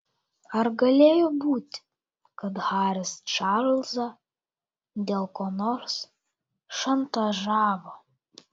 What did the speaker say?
ar galėjo būti kad haris čarlzą dėl ko nors šantažavo